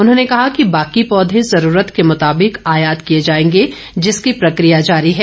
उन्होंने कहा कि बाकी पौधे जरूरत के मुताबिक आयात किए जाएंगे जिसकी प्रक्रिया जारी है